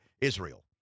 Israel